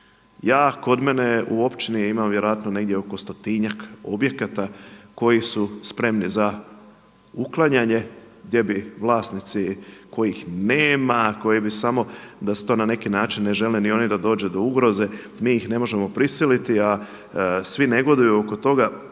Ja, kod mene u općini imam vjerojatno negdje oko stotinjak objekata koji su spremni za uklanjanje gdje bi vlasnici kojih nema, koji bi samo da se to na neki način, ne žele ni oni da dođe do ugroze, mi ih ne možemo prisiliti a svi negoduju oko toga,